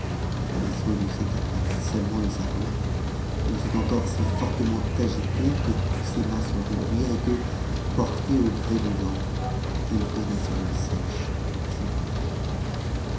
le vaisseau ne s'écarta pas seulement de s route il fut encore si fortement agité que tous ses mâts se rompirent et que porté au gré du vent il donna sur une sèche et s'y brisa